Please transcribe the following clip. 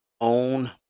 own